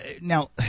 Now